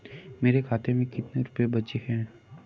मेरे खाते में कितने रुपये बचे हैं?